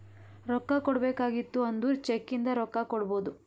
ರೊಕ್ಕಾ ಕೊಡ್ಬೇಕ ಆಗಿತ್ತು ಅಂದುರ್ ಚೆಕ್ ಇಂದ ರೊಕ್ಕಾ ಕೊಡ್ಬೋದು